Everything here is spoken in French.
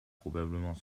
probablement